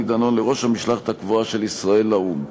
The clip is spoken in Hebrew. דנון לראש המשלחת הקבועה של ישראל לאו"ם.